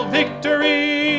victory